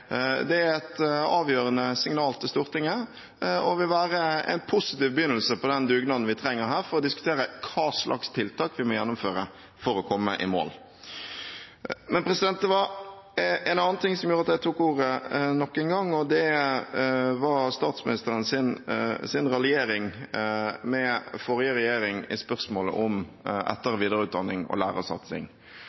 det. Det er et avgjørende signal til Stortinget og vil være en positiv begynnelse på den dugnaden vi trenger for å diskutere hva slags tiltak vi må gjennomføre for å komme i mål. Men det var en annen ting som gjorde at jeg tok ordet nok en gang, og det var statsministerens raljering med forrige regjering i spørsmålet om etter- og videreutdanning og lærersatsing.